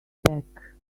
back